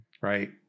Right